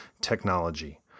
technology